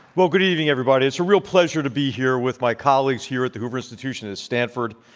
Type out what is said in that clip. well, good evening, everybody. it's a real pleasure to be here with my colleagues here at the hoover institution at stanford,